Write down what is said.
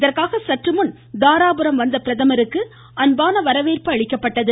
இதற்காக சற்றுமுன் தாராபுரம் வந்த பிரதமருக்கு அன்பான வரவேற்பு அளிக்கப்பட்டது